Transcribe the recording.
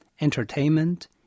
entertainment